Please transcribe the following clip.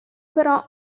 però